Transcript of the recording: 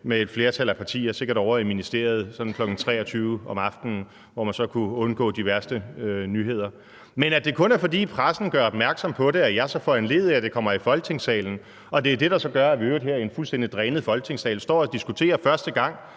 med et flertal af partier sikkert ovre i ministeriet sådan kl. 23.00 om aftenen, hvor man så kunne undgå de værste nyheder. Men det er kun, fordi pressen gør opmærksom på det, at jeg så foranlediger, at det kommer i Folketingssalen, og det er det, der så gør, at vi i øvrigt her i en fuldstændig drænet Folketingssal står og diskuterer,